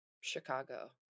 Chicago